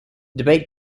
debate